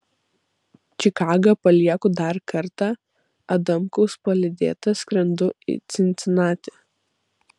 čikagą palieku dar kartą adamkaus palydėta skrendu į cincinatį